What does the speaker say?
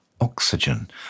Oxygen